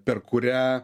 per kurią